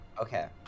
Okay